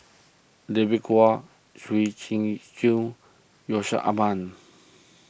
David Kwo Gwee Yusman